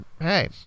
hey